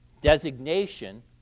designation